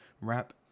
rap